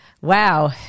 wow